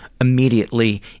immediately